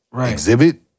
Exhibit